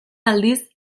aldiz